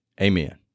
Amen